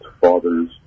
father's